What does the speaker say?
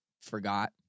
forgot